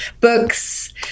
books